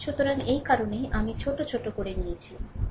সুতরাং এই কারণেই আমি এই ছোট করে নিয়েছি ঠিক